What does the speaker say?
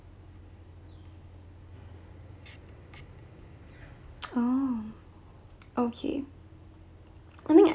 oh okay one thing